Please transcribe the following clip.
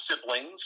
siblings